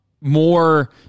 more